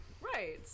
Right